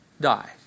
die